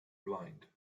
blind